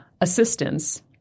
assistance